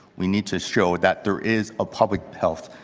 we need to show that there is a public health